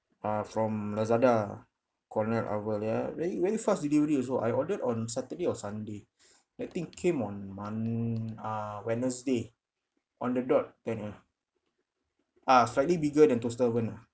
uh from lazada lah Cornell oven ya very very fast delivery also I ordered on saturday or sunday that thing came on mon~ uh wednesday on the dot ten uh ah slightly bigger than toaster oven lah